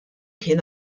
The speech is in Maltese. kien